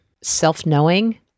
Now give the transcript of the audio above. self-knowing